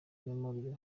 memorial